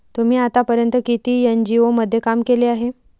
तुम्ही आतापर्यंत किती एन.जी.ओ मध्ये काम केले आहे?